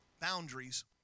Boundaries